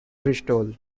bristol